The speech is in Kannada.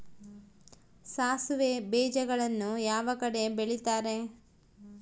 ಸಾಸಿವೆ ಬೇಜಗಳನ್ನ ಯಾವ ಕಡೆ ಬೆಳಿತಾರೆ?